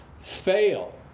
fail